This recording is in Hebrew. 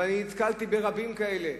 אבל נתקלתי ברבים כאלה,